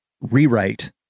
rewrite